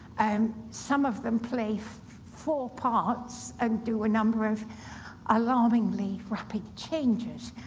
um some of them play four four parts and do a number of alarmingly rapid changes,